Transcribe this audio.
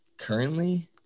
Currently